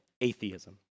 atheism